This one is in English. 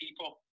people